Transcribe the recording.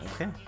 Okay